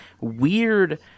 weird